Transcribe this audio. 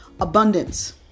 abundance